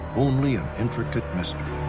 only an intricate mystery.